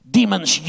Demons